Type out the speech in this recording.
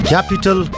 Capital